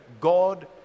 God